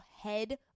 head